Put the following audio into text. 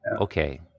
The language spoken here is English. Okay